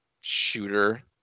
shooter